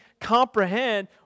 comprehend